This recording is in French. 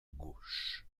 gauche